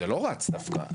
זה לא רץ דווקא.